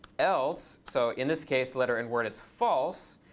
else, so in this case letterinword is false.